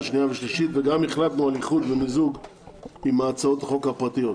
שנייה ושלישית וגם החלטנו על איחוד ומיזוג עם הצעות החוק הפרטיות.